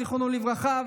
זיכרונו לברכה,